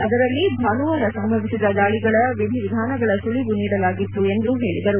ಅದರಲ್ಲಿ ಭಾನುವಾರ ಸಂಭವಿಸಿದ ದಾಳಿಗಳ ವಿಧಿವಿಧಾನಗಳ ಸುಳಿವು ನೀಡಲಾಗಿತ್ತು ಎಂದು ಹೇಳಿದರು